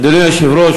אדוני היושב-ראש,